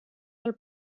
del